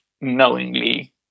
knowingly